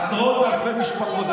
עשרות אלפי משפחות.